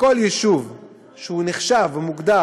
שכל יישוב שנחשב או מוגדר